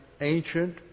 ancient